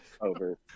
over